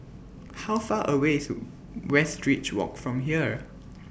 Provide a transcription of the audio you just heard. How Far away IS Westridge Walk from here